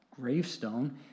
gravestone